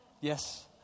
Yes